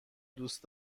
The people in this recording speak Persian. دوست